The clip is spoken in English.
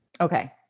Okay